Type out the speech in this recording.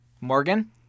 Morgan